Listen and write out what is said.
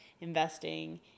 investing